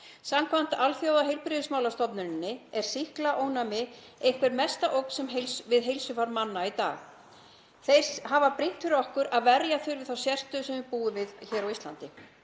Samkvæmt Alþjóðaheilbrigðismálastofnuninni er sýklalyfjaónæmi einhver mesta ógn við heilsufar manna í dag. Þeir hafa brýnt fyrir okkur að verja þurfi þá sérstöðu sem við búum við hér á Íslandi.